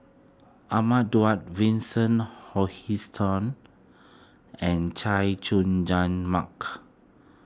Ahmad Daud Vincent Hoisington and Chay Jung Jun Mark